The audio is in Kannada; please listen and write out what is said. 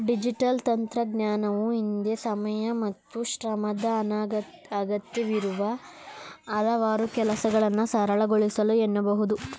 ಡಿಜಿಟಲ್ ತಂತ್ರಜ್ಞಾನವು ಹಿಂದೆ ಸಮಯ ಮತ್ತು ಶ್ರಮದ ಅಗತ್ಯವಿರುವ ಹಲವಾರು ಕೆಲಸಗಳನ್ನ ಸರಳಗೊಳಿಸಿದೆ ಎನ್ನಬಹುದು